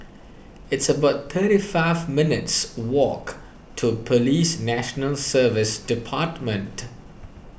it's about thirty five minutes' walk to Police National Service Department